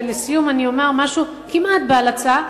ולסיום אני אומר משהו כמעט בהלצה.